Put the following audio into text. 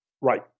Right